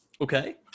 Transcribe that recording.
okay